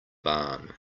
barn